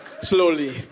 slowly